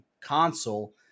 console